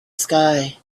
sky